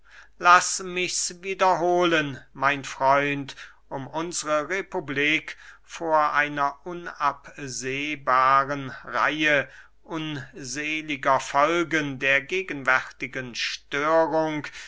laß michs wiederhohlen mein freund um unsre republik vor einer unabsehbaren reihe unseliger folgen der gegenwärtigen störung